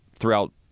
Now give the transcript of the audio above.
throughout